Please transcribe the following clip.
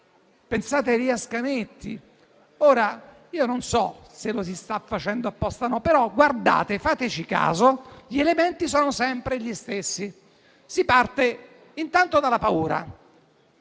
folle o a Elias Canetti. Non so se lo si sta facendo apposta oppure no, però fateci caso, gli elementi sono sempre gli stessi. Si parte intanto dalla paura;